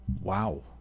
Wow